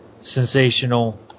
sensational